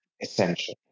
essential